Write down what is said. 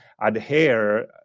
adhere